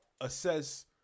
assess